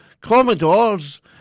Commodores